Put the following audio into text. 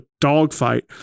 dogfight